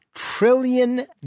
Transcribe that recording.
Trillion